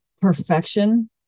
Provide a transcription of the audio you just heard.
perfection